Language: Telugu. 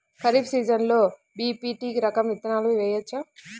ఖరీఫ్ సీజన్లో బి.పీ.టీ రకం విత్తనాలు వేయవచ్చా?